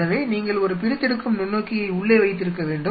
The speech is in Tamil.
எனவே நீங்கள் ஒரு பிரித்தெடுக்கும் நுண்ணோக்கியை உள்ளே வைத்திருக்க வேண்டும்